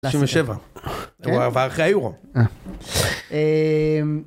97. הוא עבר אחרי היורו.